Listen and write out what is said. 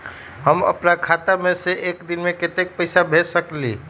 हम अपना खाता से एक दिन में केतना पैसा भेज सकेली?